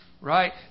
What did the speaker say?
right